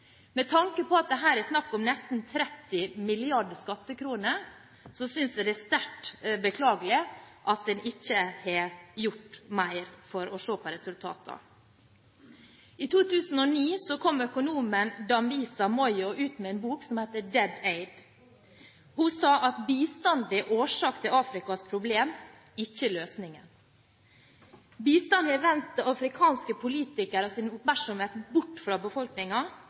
Med tanke på at det her er snakk om nesten 30 mrd. skattekroner, synes jeg det er sterkt beklagelig at en ikke har gjort mer for å se på resultatene. I 2009 kom økonomen Dambisa Moyo ut med en bok som het «Dead Aid». Hun sa at bistand er årsak til Afrikas problem, ikke løsningen. Bistand har vendt afrikanske politikeres oppmerksomhet bort fra